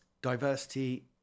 Diversity